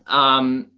um,